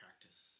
practice